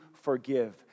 forgive